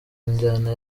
njyana